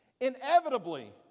Inevitably